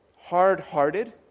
hard-hearted